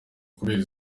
kubera